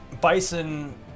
Bison